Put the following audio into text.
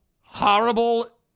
horrible